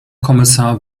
kommissar